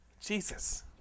Jesus